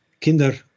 kinder